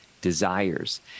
desires